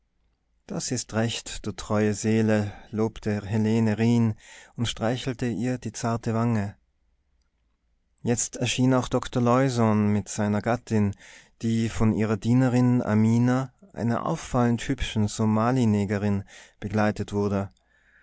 das ist recht du treue seele lobte helene rijn und streichelte ihr die zarte wange jetzt erschien auch doktor leusohn mit seiner gattin die von ihrer dienerin amina einer auffallend hübschen somalinegerin begleitet wurde